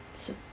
so